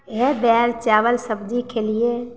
इएह दालि चावल सब्जी खेलिए